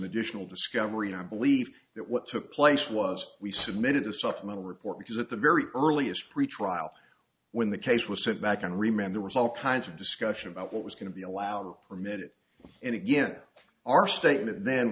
additional discovery i believe that what took place was we submitted a supplemental report because at the very earliest free trial when the case was sent back and remained there was all kinds of discussion about what was going to be allowed permitted and again our statement